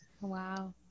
Wow